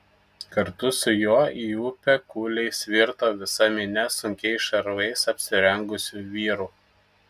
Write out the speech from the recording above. kartu su juo į upę kūliais virto visa minia sunkiais šarvais apsirengusių vyrų